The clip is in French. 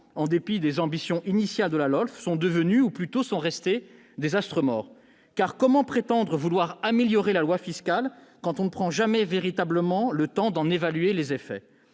en dépit des ambitions initiales de la LOLF, sont devenues, ou plutôt sont restées, des astres morts. Comment prétendre vouloir améliorer la loi fiscale quand on ne prend jamais véritablement le temps d'en évaluer les effets ?